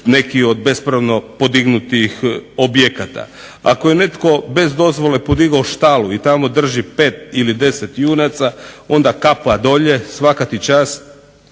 neki od bespravno podignutih objekata. Ako je netko bez dozvole podigao štalu i tamo drži pet ili 10 junaca onda kapa dolje, svaka ti čast